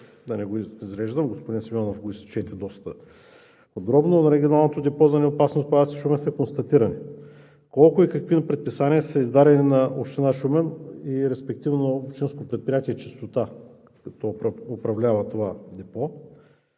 да не го изреждам, господин Симеонов го изчете доста подробно, на Регионалното депо за неопасни отпадъци – Шумен, са констатирани? Колко и какви предписания са издадени на община Шумен и респективно Общинско предприятие „Чистота“, което управлява това депо?